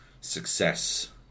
success